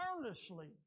earnestly